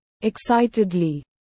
Excitedly